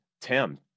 Tim